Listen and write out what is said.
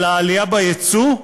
על העלייה ביצוא?